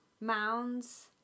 mounds